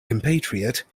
compatriot